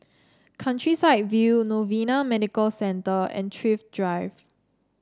Countryside View Novena Medical Centre and Thrift Drive